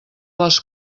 les